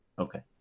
Okay